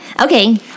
Okay